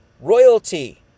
royalty